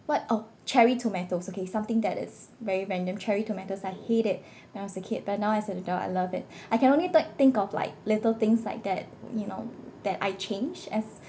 what oh cherry tomatoes okay something that is very random cherry tomatoes I hate it when I was a kid but now as an adult I love it I can only th~ think of like little things like that you know that I change as